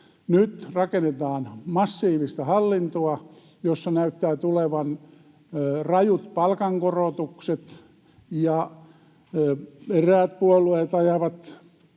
Nyt rakennetaan massiivista hallintoa, jossa näyttää tulevan rajut palkankorotukset, ja eräät puolueet ajavat